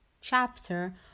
chapter